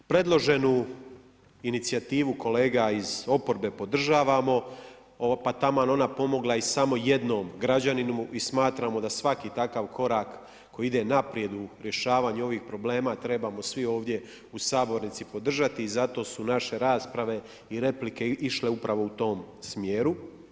Predloženu inicijativu kolega iz oporbe podržavamo, pa taman ona pomogla i samo jednom građaninu i smatramo da svaki takav korak koji ide naprijed u rješavanju ovih problema trebamo svih ovdje u sabornici podržati i zato su naše rasprave i replike išle upravo u tom smjeru.